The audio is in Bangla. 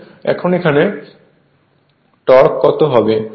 এখন এখানে টর্ক কত হবে